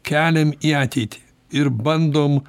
keliam į ateitį ir bandom